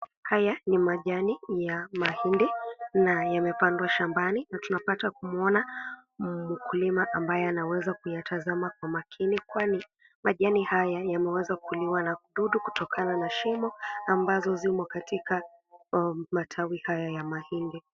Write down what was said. Haya ni majani ya mahindi na yamepandwa shambani, na tunapata kumuona mkulima ambaye anaweza kuyatazama kwa makini kwani, majani haya yameweza kuliwa na wadudu kutokana na shimo, ambazo zimo katika matawi haya ya mahindi.